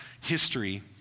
history